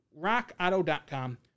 RockAuto.com